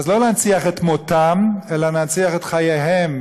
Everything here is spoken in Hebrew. לא להנציח את מותם אלא להנציח את חייהם.